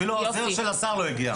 אפילו העוזר של השר לא הגיע.